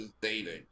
dating